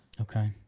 Okay